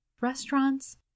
restaurants